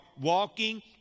walking